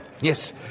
Yes